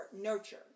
nurture